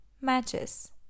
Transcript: Matches